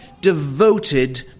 devoted